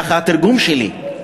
כך התרגום שלי.